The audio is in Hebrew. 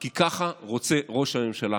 כי ככה רוצה ראש הממשלה,